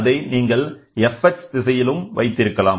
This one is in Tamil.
அதைநீங்கள் Fx திசையிலும் வைத்திருக்கலாம்